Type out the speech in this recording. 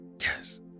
Yes